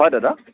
হয় দাদা